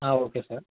okay sir